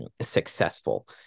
successful